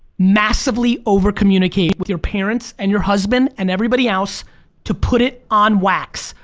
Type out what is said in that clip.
massively over communicate with your parents and your husband and everybody else to put it on wax.